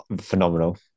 phenomenal